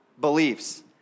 beliefs